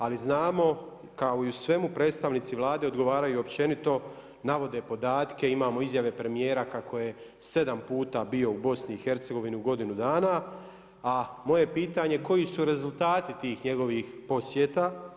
Ali znamo kao i u svemu, predstavnici Vlade odgovaraju općenito, navode podatke, imamo izjave premijera kako je 7 puta bio u BiH-u u godini dana, a moje pitanje, koji su rezultati tih njegovih posjeta?